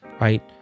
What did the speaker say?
Right